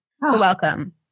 welcome